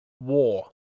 war